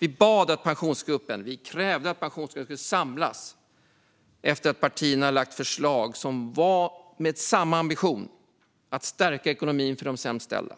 Vi krävde att Pensionsgruppen skulle samlas efter att partierna hade lagt förslag med samma ambition, att stärka ekonomin för de sämst ställda,